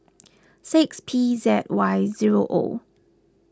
six P Z Y zero O